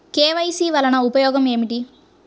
KYC వలన ఉపయోగం ఏమిటీ?